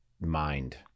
mind